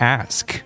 ask